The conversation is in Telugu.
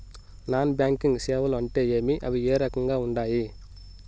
నాన్ బ్యాంకింగ్ సేవలు అంటే ఏమి అవి ఏ రకంగా ఉండాయి